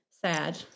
sad